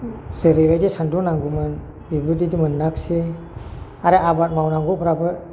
जेरैबायदि सान्दुं नांगौमोन बेबायदि मोनाखिसै आरो आबाद मावनांगौफोराबो